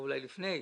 ואולי לפני,